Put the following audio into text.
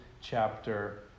chapter